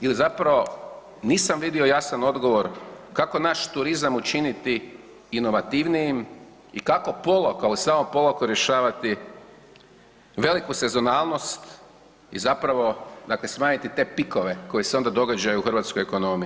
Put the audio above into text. Ili zapravo nisam vidio jasan odgovor kako naš turizam učiniti inovativnijim i kako pola kao samo polako rješavati veliku sezonalnost i zapravo dakle smanjiti te pikove koji se onda događaju u hrvatskoj ekonomiji.